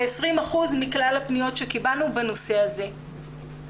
20 אחוזים מכלל הפניות קיבלנו בנושא הזה.